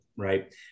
Right